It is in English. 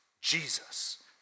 Jesus